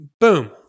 boom